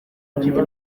mfite